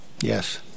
yes